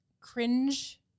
cringe